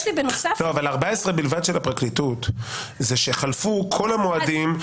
הם כשחלפו כל המועדים,